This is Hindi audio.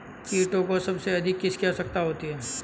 कीटों को सबसे अधिक किसकी आवश्यकता होती है?